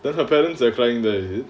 then her parents are crying there is it